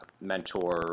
mentor